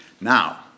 Now